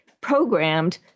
programmed